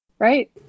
Right